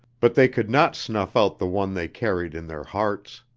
but they could not snuff out the one they carried in their hearts.